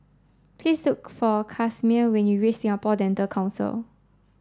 please look for Casimir when you reach Singapore Dental Council